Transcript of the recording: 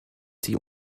sie